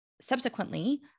Subsequently